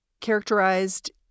characterized